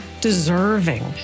deserving